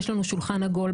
יש לנו שולחן עגול.